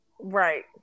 Right